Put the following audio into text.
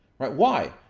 but why?